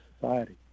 society